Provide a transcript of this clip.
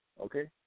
Okay